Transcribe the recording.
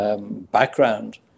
background